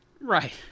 Right